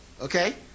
okay